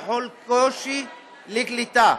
יחול קושי של קליטה.